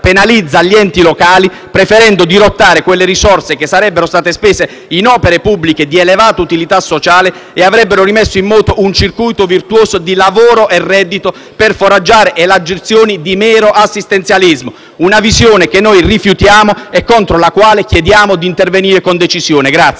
penalizza gli enti locali, preferendo dirottare quelle risorse, che sarebbero state spese in opere pubbliche di elevata utilità sociale e avrebbero rimesso in moto un circuito virtuoso di lavoro e reddito, per foraggiare elargizioni di mero assistenzialismo: una visione che noi rifiutiamo e contro la quale chiediamo di intervenire con decisione.